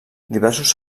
diversos